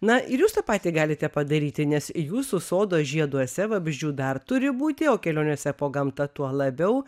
na ir jūs tą patį galite padaryti nes jūsų sodo žieduose vabzdžių dar turi būti o kelionėse po gamtą tuo labiau